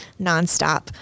nonstop